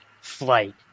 flight